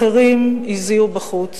אחרים הזיעו בחוץ.